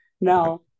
Now